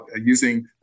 using